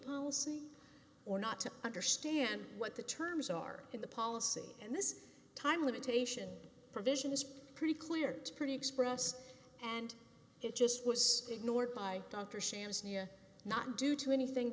policy or not to understand what the terms are in the policy and this time limitation provision is pretty clear it's pretty expressed and it just was ignored by dr shams nia not due to anything